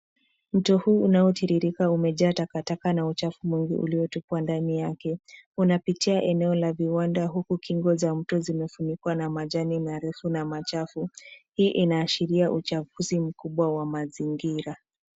Mto unaotiririka umejaa takataka na uchafu mwingi uliotupwa ndani yake. Unapitia eneo la viwanda huku kingo za mto zimefunikwa na majani marefu na machafu. Hii inaashiria uchafuzi mkubwa wa mazingira.